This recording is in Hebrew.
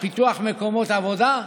ולפיתוח מקומות עבודה.